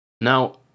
now